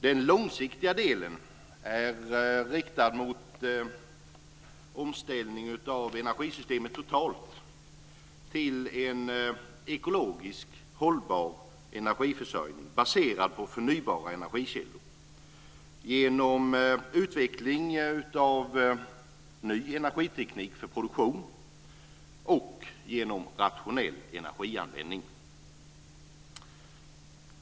Den långsiktiga delen är riktad mot omställning av energisystemet totalt till en ekologiskt hållbar energiförsörjning, baserad på förnybara energikällor, genom utveckling av ny energiteknik för produktion och genom rationell energianvändning.